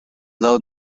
little